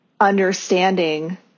understanding